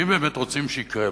ואם באמת רוצים שיקרה משהו,